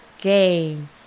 game